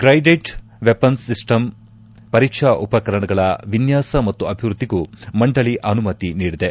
guided weapons ಸಿಸ್ಟಮ್ನ ಪರೀಕ್ಷಾ ಉಪಕರಣಗಳ ವಿನ್ವಾಸ ಮತ್ತು ಅಭಿವೃದ್ದಿಗೂ ಮಂಡಳ ಅನುಮತಿ ನೀಡಿದೆ